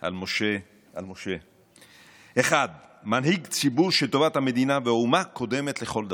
על משה: 1. מנהיג ציבור שטובת המדינה והאומה קודמת לכל דבר,